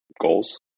goals